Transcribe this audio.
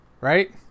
right